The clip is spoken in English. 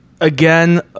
again